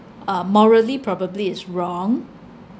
uh morally probably it's wrong